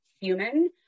human